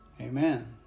Amen